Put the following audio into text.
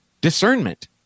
discernment